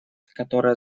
которая